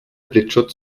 blitzschutz